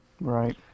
Right